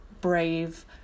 brave